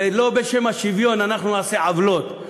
ולא בשם השוויון אנחנו נעשה עוולות.